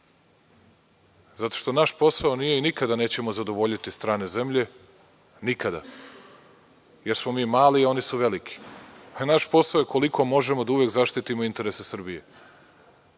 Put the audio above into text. zato što nas posao nije i nikada nećemo zadovoljiti strane zemlje, nikada, jer smo mi mali, oni su veliki. Naš posao je koliko možemo da uvek zaštitimo interese Srbije,